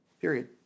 Period